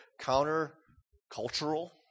counter-cultural